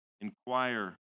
inquire